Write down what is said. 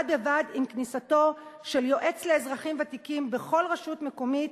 בד בבד עם כניסתו של יועץ לאזרחים ותיקים בכל רשות מקומית,